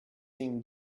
seem